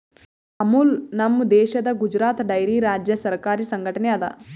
ಅಮುಲ್ ನಮ್ ದೇಶದ್ ಗುಜರಾತ್ ಡೈರಿ ರಾಜ್ಯ ಸರಕಾರಿ ಸಂಘಟನೆ ಅದಾ